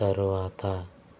తరువాత